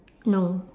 no